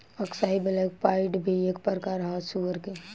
अक्साई black pied भी एक प्रकार ह सुअर के